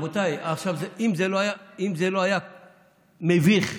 רבותיי, אם זה לא היה מביך ומדאיג,